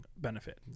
benefit